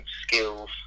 skills